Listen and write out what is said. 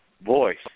voice